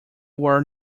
were